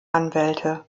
anwälte